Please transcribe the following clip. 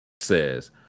says